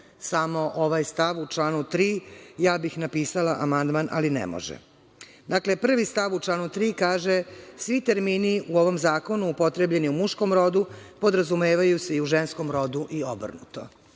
samo ovaj stav u članu 3, ja bih napisala amandman, ali ne može. Dakle, prvi stav u članu 3. kaže – svi termini u ovom zakonu upotrebljeni u muškom rodu podrazumevaju se i u ženskom rodu i obrnuto.